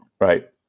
Right